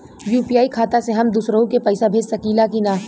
UPI खाता से हम दुसरहु के पैसा भेज सकीला की ना?